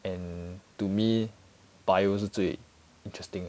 and to me bio 是最 interesting